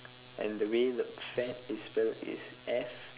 and the way the fad is spelled is F